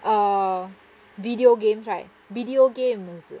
uh video games right video games